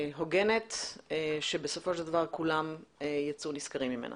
והוגנת שכולם יצאו נשכרים ממנה.